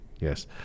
Yes